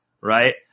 right